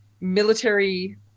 military